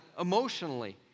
emotionally